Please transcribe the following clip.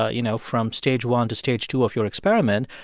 ah you know, from stage one to stage two of your experiment,